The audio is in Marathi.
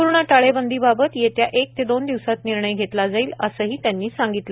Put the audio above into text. पूर्ण टाळेबंदीबाबत येत्या एक दोन दिवसात निर्णय घेतला जाईल असं मुख्यमंत्र्यांनी सांगितलं